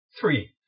three